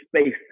space